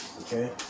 Okay